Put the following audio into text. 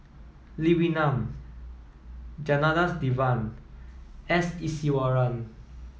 Lee Wee Nam Janadas Devan S Iswaran